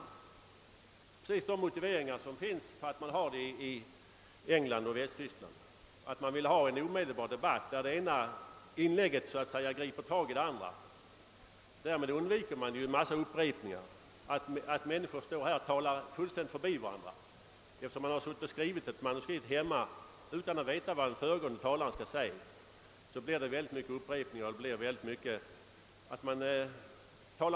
Vi skulle ha precis de motiveringar som föreligger i England och Västtyskland: vi vill ha en omedelbar debatt, där det ena inlägget så att säga griper tag i det andra. Därmed undviker man en massa upprepningar. Med nuvarande system står 1edamöterna ibland i talarstolen och talar fullständigt förbi varandra. Det måste bli så då man läser upp manuskript som man skrivit utan att veta vad föregående talare i debatten säger. Det blir upprepningar, och debatten kommer att beröra vitt skilda ting.